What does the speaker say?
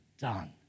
done